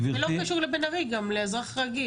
לא קשור לבן ארי גם, לאזרח רגיל.